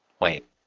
wait